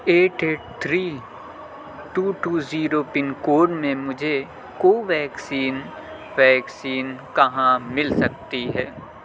at eight three two two zero pin code میں مجھے Covaxin vaccine کہاں مل سکتی ہے